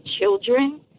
children